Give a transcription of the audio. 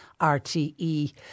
RTE